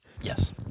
Yes